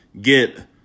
get